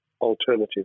alternative